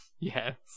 Yes